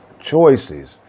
choices